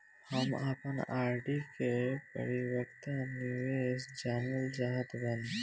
हम आपन आर.डी के परिपक्वता निर्देश जानल चाहत बानी